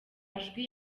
majwi